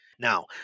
Now